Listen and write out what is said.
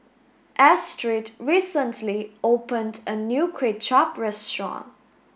Astrid recently opened a new Kuay Chap restaurant